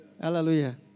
Hallelujah